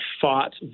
fought